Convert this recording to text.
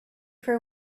for